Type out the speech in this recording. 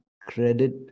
credit